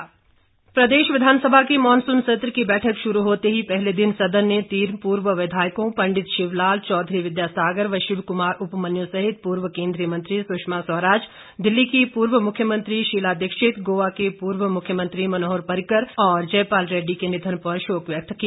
शोकोदगार प्रदेश विधानसभा के मानसून सत्र की बैठक शुरू होते ही पहले दिन सदन ने तीन पूर्व विधायकों पंडित शिव लाल चौधरी विद्या सागर व शिव कुमार उपमन्यु सहित पूर्व केंद्रीय मंत्री सुषमा स्वराज दिल्ली की पूर्व मुख्यमंत्री शीला दीक्षित गोवा के पूर्व मुख्यमंत्री मनोहर पर्रिकर और जयपाल रैड्डी के निधन पर शोक व्यक्त किया